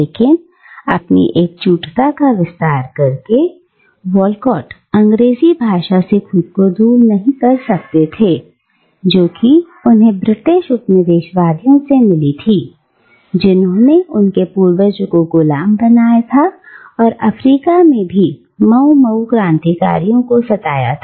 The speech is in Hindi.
लेकिन अपनी एकजुटता का विस्तार करके वॉलकॉट अंग्रेजी भाषा से खुद को दूर नहीं कर सकते थे जो कि उन्हें ब्रिटिश उपनिवेश वादियों से मिली थी जिन्होंने उनके पूर्वजों को गुलाम बनाया था और अफ्रीका में भी मऊ मऊ क्रांतिकारियों को सताया था